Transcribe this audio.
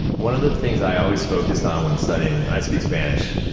one of the things i always focused on when studying and i speak spanish.